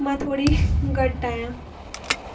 मां थोरी घटि आहियां